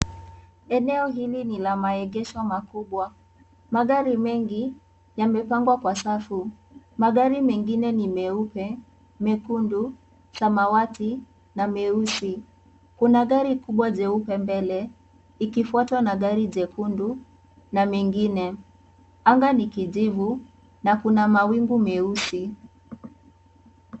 Eneo hili ni la maegesho makubwa. Magari mengi, yamepangwa kwa safu. Magari mengine ni meupe, mekundu, samawati, na meusi. Kuna gari kubwa jeupe mbele, ikifuatwa na gari jekundu, na mengine. Anga ni kijivu, na kuna mawingu meusi.